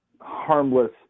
harmless